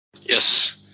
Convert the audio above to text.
Yes